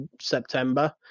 september